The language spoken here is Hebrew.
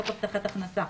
חוק הבטחת הכנסה),